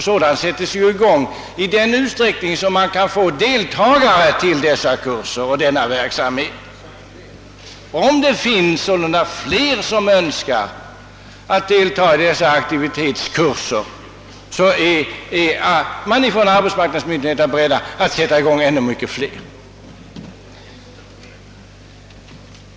Sådana kurser har också satts i gång i den utsträckning det funnits deltagare, och skulle flera deltagare anmäla sig är arbetsmarknadsmyndigheterna beredda att starta ytterligare aktiveringskurser.